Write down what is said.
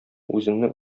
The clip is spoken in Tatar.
үзеңне